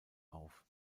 auf